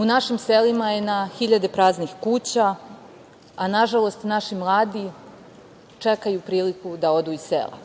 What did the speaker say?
U našim selima je na hiljade praznih kuća, a nažalost naši mladi čekaju priliku da odu iz sela.